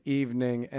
evening